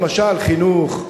למשל חינוך,